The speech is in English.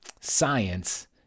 science